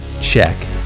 check